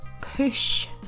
push